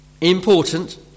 important